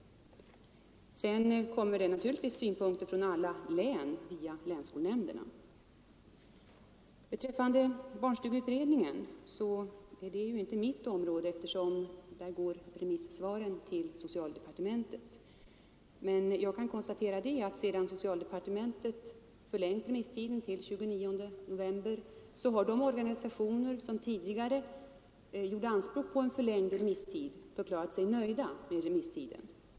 Det kommer naturligtvis också synpunkter från samtliga län via länsskolnämnderna. Barnstugeutredningen är inte mitt område, eftersom de remissvaren går till socialdepartementet. Sedan socialdepartementet förlängt remisstiden till den 29 november har de organisationer som tidigare gjorde anspråk på en förlängd remisstid förklarat sig nöjda med remisstiden.